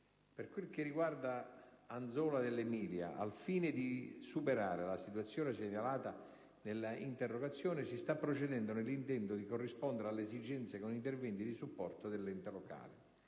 Per quello che riguarda Anzola dell'Emilia, al fine di superare la situazione segnalata nell'interrogazione, si sta proseguendo nell'intento di corrispondere alle esigenze con interventi di supporto dell'ente locale.